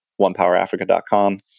onepowerafrica.com